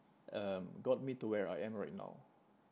um got me to where I am right now